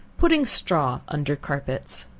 putting straw under carpets.